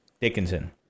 Dickinson